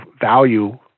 value